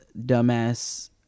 dumbass